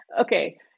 Okay